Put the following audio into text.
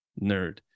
nerd